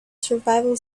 survival